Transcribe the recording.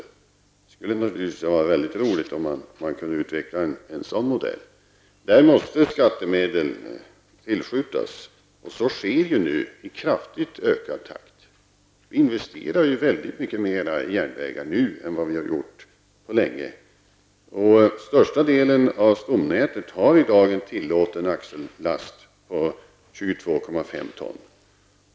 Det skulle naturligtvis vara väldigt roligt om man kunde utveckla en sådan modell. Där måste skattemedel tillskjutas, och så sker nu i kraftigt ökad takt. Vi investerar väldigt mycket mer i järnvägar än vad vi har gjort på mycket länge. Största delen av stombanenätet har i dag en tillåten axellast på 22,5 ton.